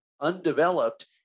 undeveloped